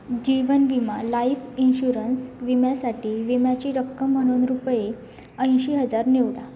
जीवन विमा life insurance विम्यासाठी विम्याची रक्कम म्हणून रुपये ऐंशी हजार निवडा